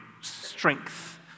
strength